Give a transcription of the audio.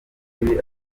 turi